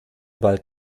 bald